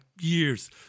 years